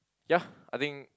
ya I think